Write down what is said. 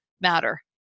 matter